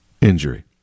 injury